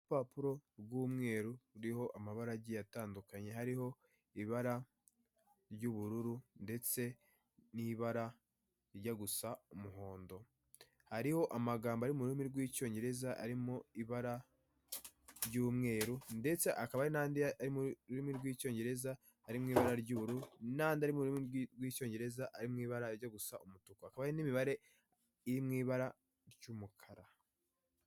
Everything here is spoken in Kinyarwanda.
Urupapuro rw'umweru ruriho amabara agiye atandukanye, hariho ibara ry'ubururu ndetse n'ibara rijya gusa umuhondo, hariho amagambo ari mu rurimi rw'icyongereza arimo ibara ry'umweru ndetse hakaba n'andi ari mu rurimi rw'icyongereza ari mu ibara ry'urururu n'andi ari mu rurimi rw'icyongereza ari mu ibara rijya gusa umutuku, hakaba n'imibare iri mu ibara ry'umukara.